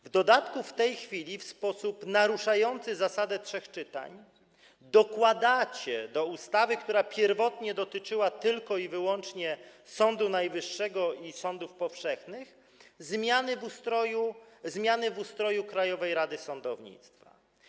W dodatku w tej chwili w sposób naruszający zasadę trzech czytań dokładacie do ustawy, która pierwotnie dotyczyła tylko i wyłącznie Sądu Najwyższego i sądów powszechnych, zmiany w ustroju Krajowej Rady Sądownictwa.